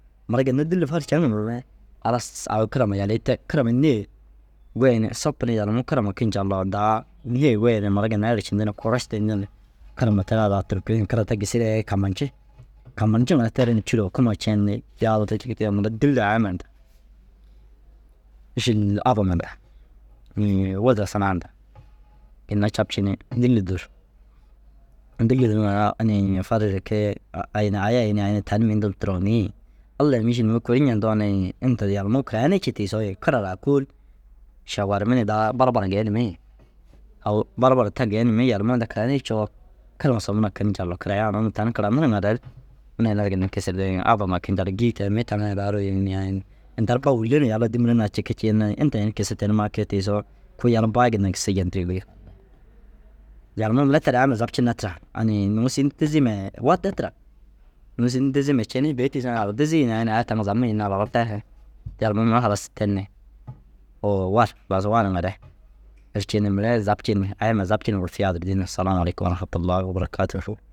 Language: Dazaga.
Mura ginna dîlli faru ceŋare halas au kira huma yalii te kira huma nêe goyi ni sopu ni yalimuu kira ma kiñi Allau daa nîye goyi ni mura ginnai ercindu ni koroš cendi ni kira ma teraa daa turkii ni kira te gisiiree kamalci. Kamalcimare teri ni cûro hukumai cen ni yaa hunduu duro cikii mura dîlli ayaman nda mîšil abbaman nda inii wurda sinaa nda ginna capci ni dîlli dûr. Dûlli dûruŋare inii farigire kee « ai ini aya » yi ni « aa » yi ni « tani mi nduma turonii » yi. Allai mîšil nuu kuri ñentoo na yi inda yalimuu karayinii cii tiisoo yi kira raa kôoli ša warimmi ni daa balabala geenimmi yi. Au balabala ta geenimmi yalimuu inda karayinii coo kira ma sop na kinci Allau karayaan. Unnu tani karanirŋare ru unnu ina ara ginna kisirde yi. Abba ma kinci Allau gîyuuteere mi taŋa ai daaruu yi ni aa yi ni inda ru ba wûlla na yala dîmira naa ciki ciina inta ini kisi tenimaa kee tiisoo kui yala ba- i ginna gisu jentire bêi. Yalimuu mire ter aya ma zapcine tira inii nuŋu sîin nu dizii ma- i wade tira. Nuu sîin nu diziimai cenii bêi tiisiŋa abba dizii yinii aya taŋa zamu yinaa labar tayi hee. Te yalimuu mire halas ten ni owol lu war bazu wariŋare erci ni mire i zapci ni aya ma zapci ni gurti gurti yegaa duro dîn nu, salamalekum warahuma tûllahi wabarakaatûhu.